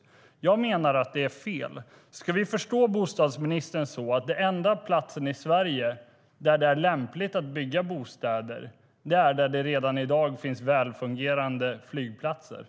Jag menar att det är fel. Ska vi förstå det som bostadsministern säger som att den enda platsen i Sverige där det är lämpligt att bygga bostäder är där det redan i dag finns väl fungerande flygplatser?